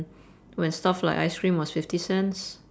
when stuff like ice cream was fifty cents